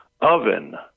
oven